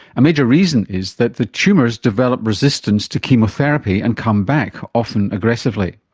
a major reason is that the tumours develop resistance to chemotherapy and come back, often aggressively.